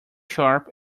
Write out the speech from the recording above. sharp